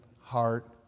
heart